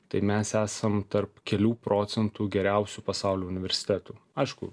tai mes esam tarp kelių procentų geriausių pasaulio universitetų aišku